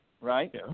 right